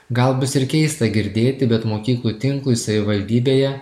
gal bus ir keista girdėti bet mokyklų tinklui savivaldybėje